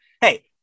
hey